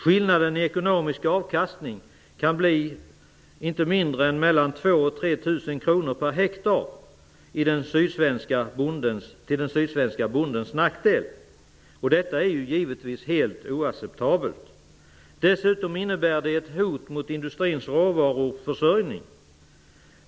Skillnaden i ekonomisk avkastning kan bli inte mindre än mellan 2 000 och 3 000 kr per hektar till den sydsvenska bondens nackdel. Detta är givetvis helt oacceptabelt. Dessutom innebär det ett hot mot industrins råvaruförsörjning.